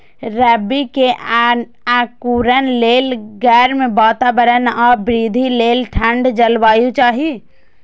रबी के अंकुरण लेल गर्म वातावरण आ वृद्धि लेल ठंढ जलवायु चाही